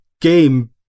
game